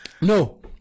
No